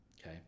Okay